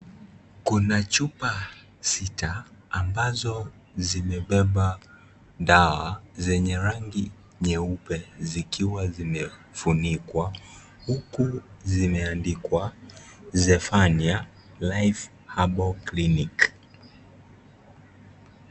Kuna chupa sita ambazo zimebeba dawa zenye rangi nyeupe zikiwa zimefunikwa huku zimeandikwa zephania life herbal clinic .